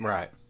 Right